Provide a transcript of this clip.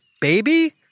baby